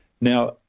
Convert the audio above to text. Now